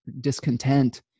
discontent